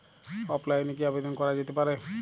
অফলাইনে কি আবেদন করা যেতে পারে?